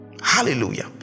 Hallelujah